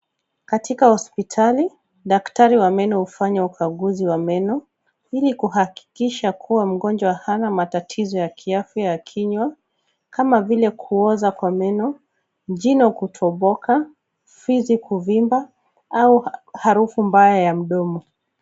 Katika hospitali, daktari wa meno hufanya ukaguzi wa meno ili kuhakikisha kuwa mgonjwa hana matatizo ya kiafya ya kinywa, kama vile kuoza kwa meno, jino kutoboka, fizi kuvimba au harufu mbaya ya mdomo.